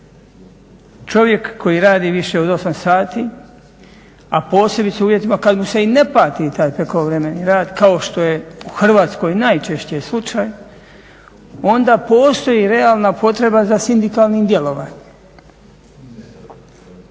Čovjek koji radi više od 8 sati a posebice u uvjetima kad mu se i ne plati taj prekovremeni rad kao što je u Hrvatskoj najčešće slučaj onda postoji realna potreba za sindikalnim djelovanjem.